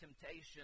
temptation